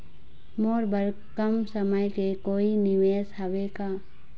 मोर बर कम समय के कोई निवेश हावे का?